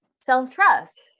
self-trust